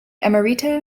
emerita